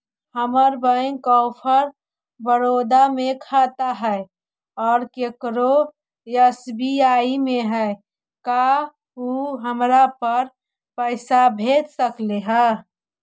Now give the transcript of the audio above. हमर बैंक ऑफ़र बड़ौदा में खाता है और केकरो एस.बी.आई में है का उ हमरा पर पैसा भेज सकले हे?